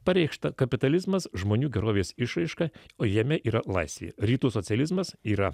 pareikšta kapitalizmas žmonių gerovės išraiška o jame yra laisvė rytų socializmas yra